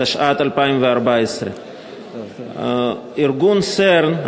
התשע"ד 2014. ארגון CERN,